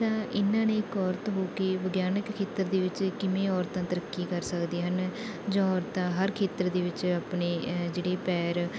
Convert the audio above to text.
ਤਾਂ ਇਹਨਾਂ ਨੇ ਇੱਕ ਔਰਤ ਹੋ ਕੇ ਵਿਗਿਆਨਿਕ ਖੇਤਰ ਦੇ ਵਿੱਚ ਕਿਵੇਂ ਔਰਤਾਂ ਤਰੱਕੀ ਕਰ ਸਕਦੀਆਂ ਹਨ ਜਾਂ ਔਰਤਾਂ ਹਰ ਖੇਤਰ ਦੇ ਵਿੱਚ ਆਪਣੇ ਜਿਹੜੇ ਪੈਰ